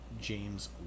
James